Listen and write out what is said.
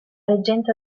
reggenza